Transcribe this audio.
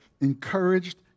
encouraged